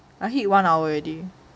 I hit one hour already